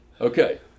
okay